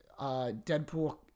Deadpool